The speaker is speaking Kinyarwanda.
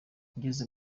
ngeze